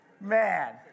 Man